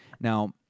now